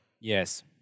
Yes